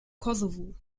kosovo